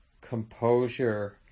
composure